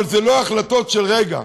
אבל אלה לא החלטות של רגע,